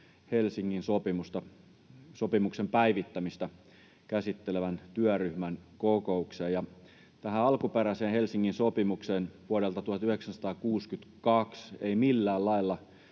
Helsingin sopimuksen päivittämistä käsittelevän työryhmän kokoukseen. Alkuperäisessä Helsingin sopimuksessa vuodelta 1962 ei millään lailla